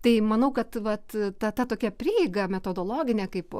tai manau kad vat ta ta tokia prieiga metodologinė kaip